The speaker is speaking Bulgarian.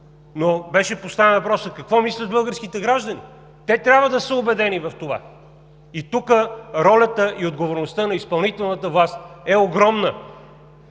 но беше поставен въпросът: какво мислят българските граждани? Те трябва да са убедени в това. Тук ролята и отговорността на изпълнителната власт е огромна.